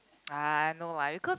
ah no lah because